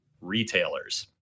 retailers